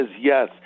yes